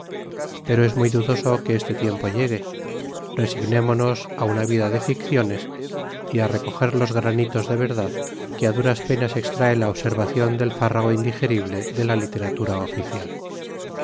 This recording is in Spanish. pero es muy dudoso que este tiempo llegue resignémonos a una vida de ficciones y a recoger los granitos de verdad que a duras penas extrae la observación del fárrago indigerible de la literatura oficial